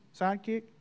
sidekick